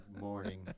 morning